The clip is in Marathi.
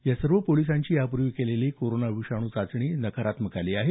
या सर्व पोलिसांची यापूर्वी केलेली कोरोना विषाणू चाचणी नकारात्मक आली आहे